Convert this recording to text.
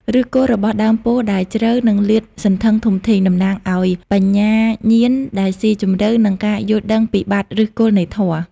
ឫសគល់របស់ដើមពោធិ៍ដែលជ្រៅ និងលាតសន្ធឹងធំធេង តំណាងឱ្យ បញ្ញាញាណដែលស៊ីជម្រៅ និងការយល់ដឹងពីបាតឫសគល់នៃធម៌។